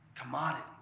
commodity